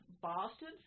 Boston